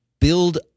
build